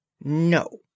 No